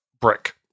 brick